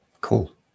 Cool